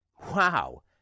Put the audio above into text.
Wow